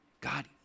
God